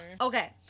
okay